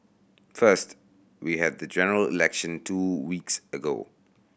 first we had the General Election two weeks ago